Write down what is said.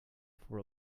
for